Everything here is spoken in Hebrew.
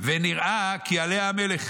ונראה כי עליה המלך.